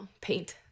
paint